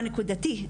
הנקודתי,